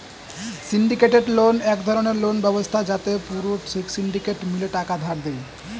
syndicated loan এক ধরণের loan ব্যবস্থা যাতে পুরো সিন্ডিকেট মিলে টাকা ধার দেয়